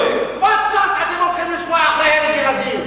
מוצרט אתם הולכים לשמוע אחרי הרג ילדים.